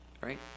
Right